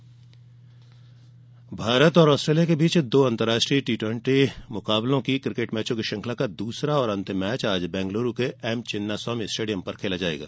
cricket Bharat और Australia के बीच दो अंतर्राष्ट्रीय ट्वेंटी ट्वेंटी क्रिकेट मैचों की श्रंखला का दूसरा और अंतिम मैच आज बेंगलुरू के एम चिन्नास्वामी स्टेडियम में खेला जाएगा